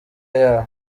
yabo